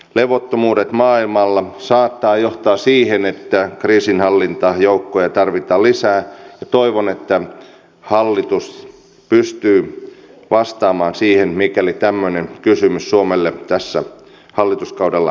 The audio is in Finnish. levottomuudet maailmalla saattavat johtaa siihen että kriisinhallintajoukkoja tarvitaan lisää ja toivon että hallitus pystyy vastaamaan siihen mikäli tämmöinen kysymys suomelle tällä hallituskaudella esitetään